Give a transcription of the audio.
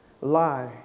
lie